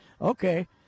okay